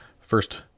first